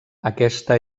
aquesta